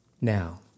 now